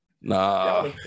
Nah